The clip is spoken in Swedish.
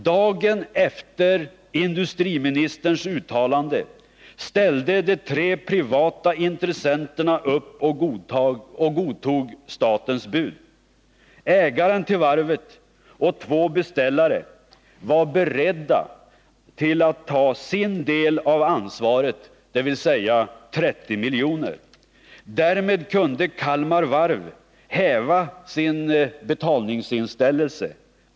Dagen efter industriministerns uttalande ställde de tre privata intressenterna upp och godtog statens bud. Ägaren till varvet och två beställare var beredda att ta sin del av ansvaret, dvs. 30 miljoner. Därmed kunde Kalmar Varv häva sin betalningsinställelse.